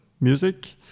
music